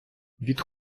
від